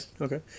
okay